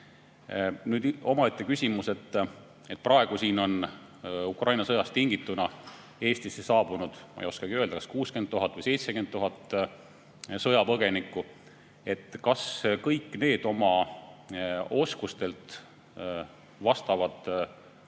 vea. Omaette küsimus on, et praegu on Ukraina sõjast tingituna Eestisse saabunud, ma ei oskagi öelda, kas 60 000 või 70 000 sõjapõgenikku ja kas nad kõik oma oskustelt vastavad